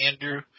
Andrew